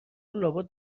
لابد